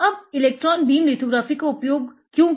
अब electron beam lithography का उपयोग क्यों